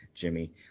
Jimmy